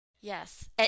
Yes